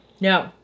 no